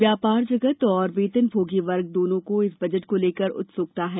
व्यापार जगत और वेतनभोगी वर्ग दोनों को इस बजट को लेकर उत्सुकता है